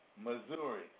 Missouri